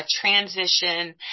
transition